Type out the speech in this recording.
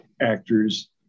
actors